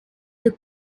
the